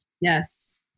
yes